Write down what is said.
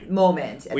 moment